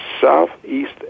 Southeast